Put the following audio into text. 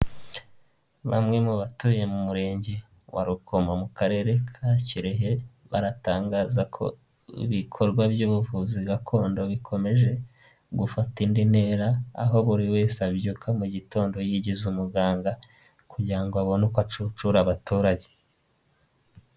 Bamwe mu batuye mu Murenge wa Rukomo, mu Karere ka Kirehe baratangaza ko ibikorwa by'ubuvuzi gakondo bikomeje gufata indi ntera, aho buri wese abyuka mu gitondo yigize umuganga kugira ngo abone uko acucura abaturage.